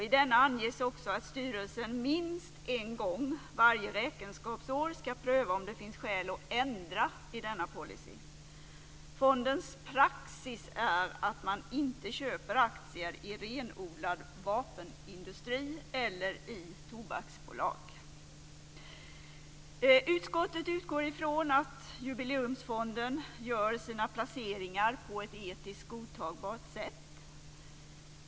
I denna anges att styrelsen minst en gång varje räkenskapsår skall pröva om det finns skäl att ändra i denna policy. Fondens praxis är att man inte köper aktier i renodlad vapenindustri eller i tobaksbolag. Utskottet utgår från att Jubileumsfonden gör sina placeringar på ett etiskt godtagbart sätt.